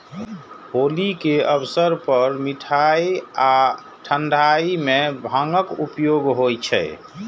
होली के अवसर पर मिठाइ आ ठंढाइ मे भांगक उपयोग होइ छै